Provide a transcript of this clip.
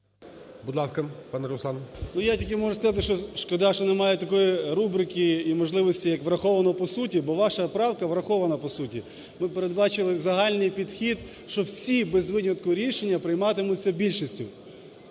КНЯЗЕВИЧ Р.П. Ну, я тільки можу сказати, що шкода, що немає такої рубрики і можливості, як враховано по суті, бо ваша правка врахована по суті. Ми передбачили в загальний підхід, що всі без винятку рішення прийматимуться більшістю.